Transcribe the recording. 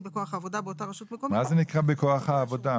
בכוח העבודה באותה הרשות המקומית --- מה זה נקרא "בכוח העבודה"?